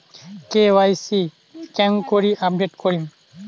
KYC কেঙ্গকরি update করিম?